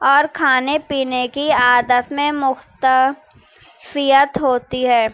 اور کھانے پینے کی عادت میں مختا فیت ہوتی ہے